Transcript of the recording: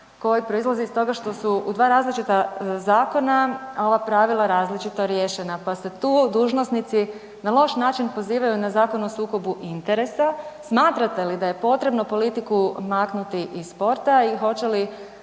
koji proizlazi iz toga što su u dva različita zakona ova pravila različito riješena, pa se tu dužnosnici na loš način pozivaju na Zakon o sukobu interesa. Smatrate li da je potrebno politiku maknuti iz sporta i hoće li